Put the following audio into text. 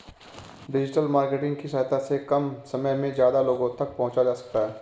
digital marketing की सहायता से कम समय में ज्यादा लोगो तक पंहुचा जा सकता है